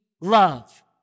love